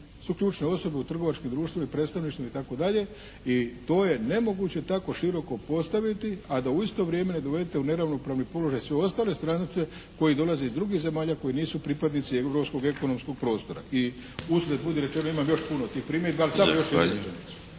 su ključne osobe u trgovačkim društvima i predstavništvima itd. i to je nemoguće tako široko postaviti a da u isto vrijeme ne dovedete u neravnopravni položaj sve ostale strance koji dolaze iz drugih zemalja koji nisu pripadnici … ekonomskog prostora i uzgred budi rečeno imam još puno tih primjedbi, ali samo još jednu rečenicu.